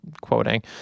quoting